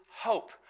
hope